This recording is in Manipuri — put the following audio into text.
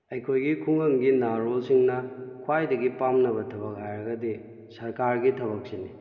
ꯑꯩꯈꯣꯏꯒꯤ ꯈꯨꯡꯒꯪꯒꯤ ꯅꯍꯥꯔꯣꯜ ꯁꯤꯡꯅ ꯈ꯭ꯋꯥꯏꯗꯒꯤ ꯄꯥꯝꯅꯕ ꯊꯕꯛ ꯍꯥꯏꯔꯒꯗꯤ ꯁꯔꯀꯥꯔꯒꯤ ꯊꯕꯛꯁꯤꯅꯤ